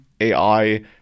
AI